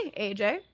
AJ